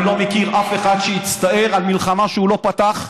אני לא מכיר אף אחד שהצטער על מלחמה שהוא לא פתח.